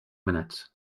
minutes